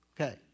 Okay